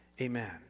amen